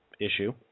issue